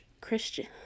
christian